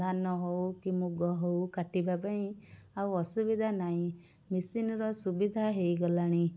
ଧାନ ହଉ କି ମୁଗ ହଉ କାଟିବା ପାଇଁ ଆଉ ଅସୁବିଧା ନାହିଁ ମେସିନ୍ର ସୁବିଧା ହେଇଗଲାଣି